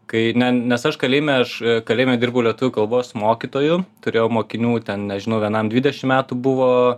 kai ne nes aš kalėjime aš kalėjime dirbau lietuvių kalbos mokytoju turėjau mokinių ten nežinau vienam dvidešim metų buvo